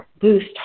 boost